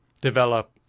develop